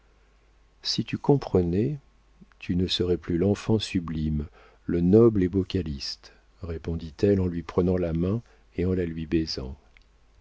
si tu comprenais tu ne serais pas l'enfant sublime le noble et beau calyste répondit-elle en lui prenant la main et en la lui baisant